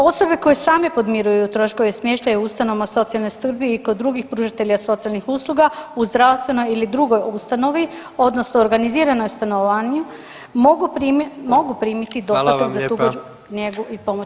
Osobe koje same podmiruju troškove smještaja u ustanovama socijalne skrbi i kod drugih pružatelja socijalnih usluga u zdravstvenoj ili drugoj ustanovi odnosno organiziranom stanovanju mogu primiti [[Upadica predsjednik: Hvala vam lijepa.]] doplatak za … njegu i pomoć.